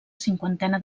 cinquantena